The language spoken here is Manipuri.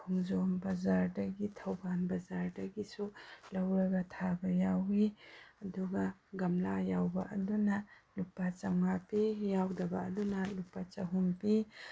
ꯈꯣꯡꯖꯣꯝ ꯕꯖꯥꯔꯗꯒꯤ ꯊꯧꯕꯥꯜ ꯕꯖꯥꯔꯗꯒꯤꯁꯨ ꯂꯧꯔꯒ ꯊꯥꯕ ꯌꯥꯎꯏ ꯑꯗꯨꯒ ꯒꯝꯂꯥ ꯌꯥꯎꯕ ꯑꯗꯨꯅ ꯂꯨꯄꯥ ꯆꯃꯉꯥ ꯄꯤ ꯌꯥꯎꯗꯕ ꯑꯗꯨꯅ ꯂꯨꯄꯥ ꯆꯍꯨꯝ ꯄꯤ